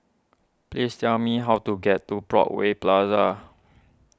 please tell me how to get to Broadway Plaza